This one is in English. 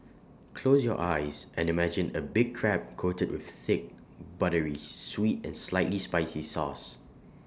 close your eyes and imagine A big Crab coated with thick buttery sweet and slightly spicy sauce